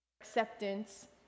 acceptance